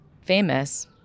famous